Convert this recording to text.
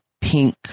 pink